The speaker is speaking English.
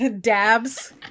dabs